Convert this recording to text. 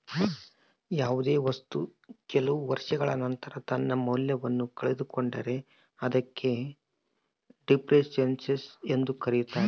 ಯಾವುದೇ ವಸ್ತು ಕೆಲವು ವರ್ಷಗಳ ನಂತರ ತನ್ನ ಮೌಲ್ಯವನ್ನು ಕಳೆದುಕೊಂಡರೆ ಅದಕ್ಕೆ ಡೆಪ್ರಿಸಸೇಷನ್ ಎಂದು ಕರೆಯುತ್ತಾರೆ